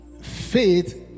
Faith